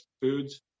foods